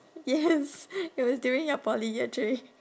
yes it was during your poly year three